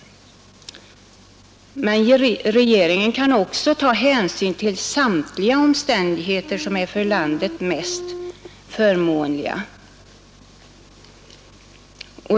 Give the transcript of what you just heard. Men FÖRSringen kan också enligt se ——= =paragraf i upphandlingskungörelsen ta hänsyn till samtliga omständig Ang. biståndet till heter som är för landet mest förmånliga.